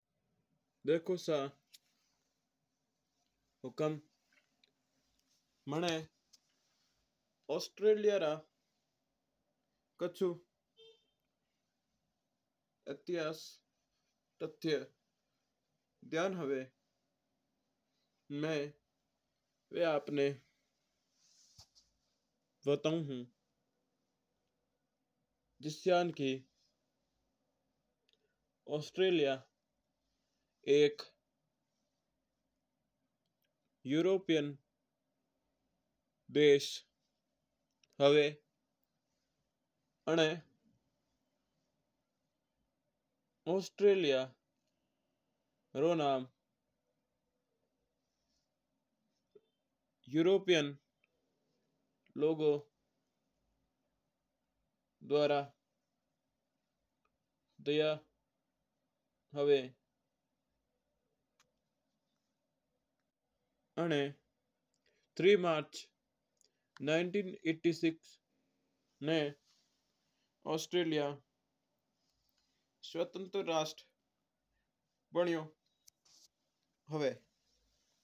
देखो सा हुकम मना ऑस्ट्रेलिया रे कछु इतिहास तथ्य बताओ। जिस्यांन की ऑस्ट्रेलिया एक यूरोपियन देश हुआ आना ऑस्ट्रेलिया रो नाम यूरोपियन लोगो द्वारा दिया हुआ है। आना तीन मार्च उन्नीस सौ छियासी को ऑस्ट्रेलिया ने स्वतंत्रता मिली है।